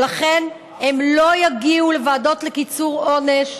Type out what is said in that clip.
ולכן הם לא יגיעו לוועדות לקיצור עונש